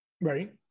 right